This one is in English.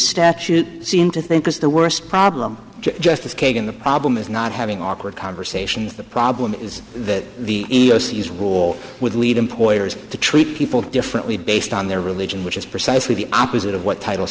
statute seem to think is the worst problem justice kagan the problem is not having awkward conversations the problem is that the city's role would lead employers to treat people differently based on their religion which is precisely the opposite of what title